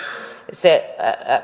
se